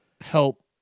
help